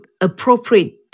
appropriate